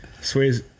Sway's